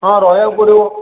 ହଁ ରହିବାକୁ ପଡ଼ିବ